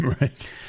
right